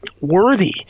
worthy